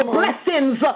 blessings